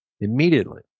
immediately